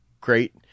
great